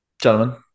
gentlemen